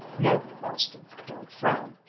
no, austin, don't frown!